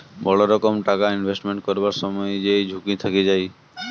বড় রকম টাকা ইনভেস্টমেন্ট করবার সময় যেই ঝুঁকি থেকে যায়